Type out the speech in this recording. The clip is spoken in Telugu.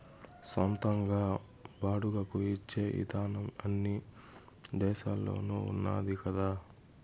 సొంతంగా బాడుగకు ఇచ్చే ఇదానం అన్ని దేశాల్లోనూ ఉన్నాది కదా